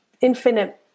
infinite